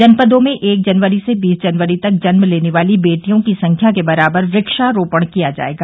जनपदों में एक जनवरी से बीस जनवरी तक जन्म लेने वाली बेटियों की संख्या के बराबर वृक्षारोपण किया जायेगा